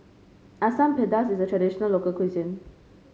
Asam Pedas is a traditional local cuisine